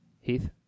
Heath